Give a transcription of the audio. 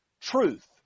truth